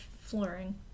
flooring